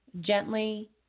Gently